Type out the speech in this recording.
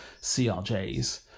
CRJs